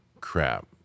crap